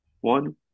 one